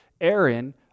Aaron